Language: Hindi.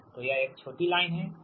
तो यह एक छोटी लाइन है